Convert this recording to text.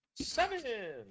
seven